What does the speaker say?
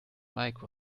mike